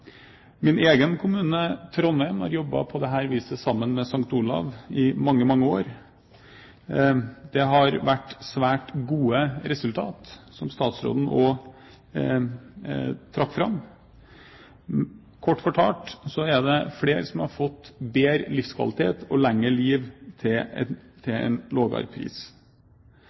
Min egen kommune, Trondheim, har jobbet på dette viset sammen med St. Olavs Hospital i mange, mange år. Det har vært svært gode resultat, som statsråden også trakk fram. Kort fortalt er det flere som har fått bedre livskvalitet og lengre liv til en